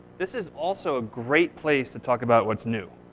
this is also a great place to talk about what's new.